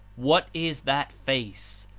what is that face,